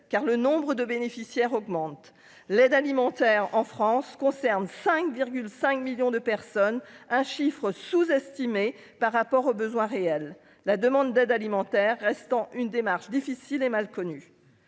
car le nombre de bénéficiaires augmente l'aide alimentaire en France concerne 5 5 millions de personnes, un chiffre sous-estimé par rapport aux besoins réels, la demande d'aide alimentaire restant une démarche difficile et mal connu,